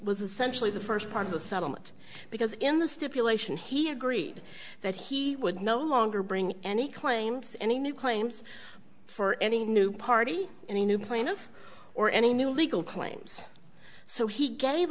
essentially the first part of the settlement because in the stipulation he agreed that he would no longer bring any claims any new claims for any new party any new plaintiff or any new legal claims so he gave